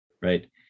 right